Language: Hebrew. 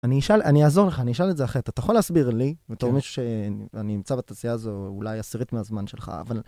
אני אשאל אני אעזור לך, אני אשאל את זה אחרת, אתה יכול להסביר לי, בתור מישהו שנימצא בתעשייה הזו אולי עשירית מהזמן שלך